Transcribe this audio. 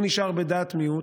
הוא נשאר בדעת מיעוט,